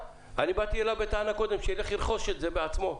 באתי אליו בטענה קודם שילך וירכוש את זה בעצמו.